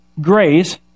grace